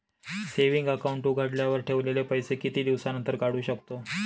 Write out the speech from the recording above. Saving account उघडल्यावर ठेवलेले पैसे किती दिवसानंतर काढू शकतो?